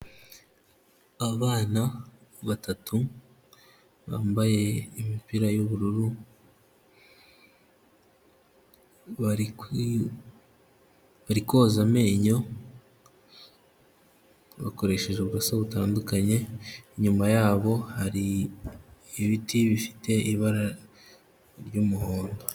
Abana batatu bambaye imipira y'ubururu, bari bari koza amenyo, bakoresheje uburoso butandukanye, inyuma yabo hari ibiti bifite ibara ry'umuhondo.